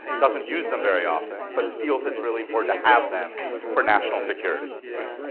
doesn't use them very often, but feels it's really important to have them for national security. right.